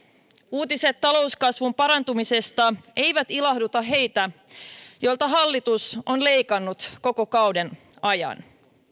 uutiset talouskasvun parantumisesta eivät ilahduta heitä joilta hallitus on leikannut koko kauden ajan